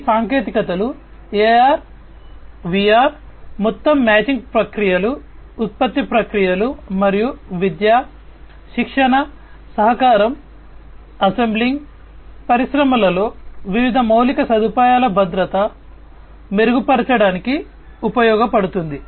ఈ సాంకేతికతలు AR VR మొత్తం మ్యాచింగ్ ప్రక్రియలు ఉత్పత్తి ప్రక్రియలు మరియు విద్య శిక్షణ సహకారం అసెంబ్లీ లైన్ పరిశ్రమలలో వివిధ మౌలిక సదుపాయాల భద్రత మెరుగుపరచడానికి ఉపయోగపడుతుంది